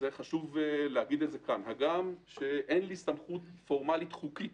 למרות שאין לי סמכות פורמלית חוקית